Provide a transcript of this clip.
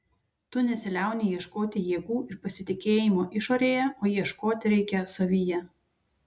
tu nesiliauni ieškoti jėgų ir pasitikėjimo išorėje o ieškoti reikia savyje